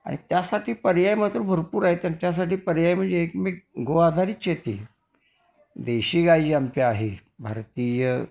आणि त्यासाठी पर्याय मात्र भरपूर आहेत आणि त्यासाठी पर्याय म्हणजे एक मी गो आधारित शेती देशी गायी जी आमची आहे भारतीय